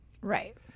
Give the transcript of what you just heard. Right